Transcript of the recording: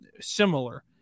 similar